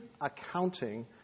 accounting